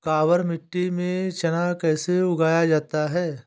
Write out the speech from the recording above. काबर मिट्टी में चना कैसे उगाया जाता है?